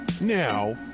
Now